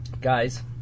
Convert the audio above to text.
Guys